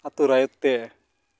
ᱟᱹᱛᱩ ᱨᱟᱭᱚᱛ ᱛᱮ